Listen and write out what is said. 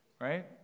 right